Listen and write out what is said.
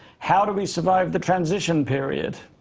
how do we survive the transition period?